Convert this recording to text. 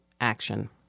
action